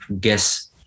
Guess